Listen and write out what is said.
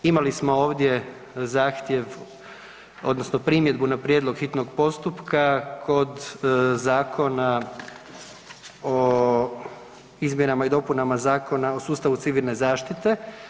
Imali smo ovdje zahtjev odnosno primjedbu na prijedlog hitnog postupka kod Zakona o izmjenama i dopunama Zakona o sustavu civilne zaštite.